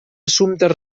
assumptes